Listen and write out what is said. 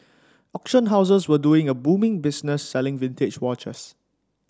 auction houses were doing a booming business selling vintage watches